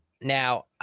now